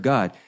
God